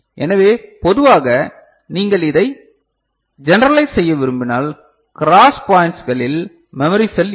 எனவே பொதுவாக நீங்கள் இதைப் ஜெனரலைஸ் செய்ய விரும்பினால் க்ராஸ் பாய்ண்ட்ஸ்களில் மெமரி செல் இருக்கும்